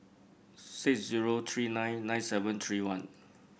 six zero three nine nine seven three one